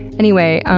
anyway,